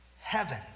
heaven